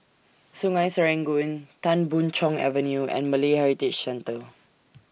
Sungei Serangoon Tan Boon Chong Avenue and Malay Heritage Centre